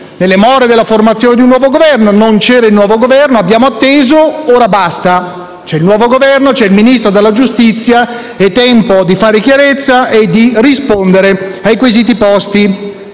nelle more della formazione di nuovo Governo (non c'era il nuovo Governo) abbiamo atteso, ma ora basta. C'è il nuovo Governo, c'è il Ministro della giustizia: è tempo di fare chiarezza e di rispondere ai quesiti posti